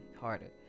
harder